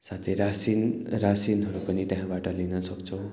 साथै रासन रासिनहरू पनि त्यहाँबाट लिनसक्छौँ